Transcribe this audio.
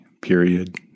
period